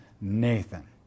Nathan